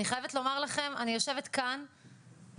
אני חייבת לומר לכם שאני יושבת כאן וקשה